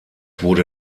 wurde